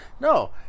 no